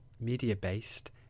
media-based